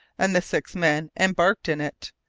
and the six men embarked in it,